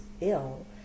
ill